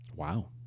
Wow